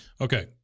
Okay